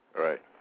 right